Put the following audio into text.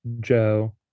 Joe